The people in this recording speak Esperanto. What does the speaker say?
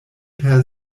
per